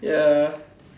ya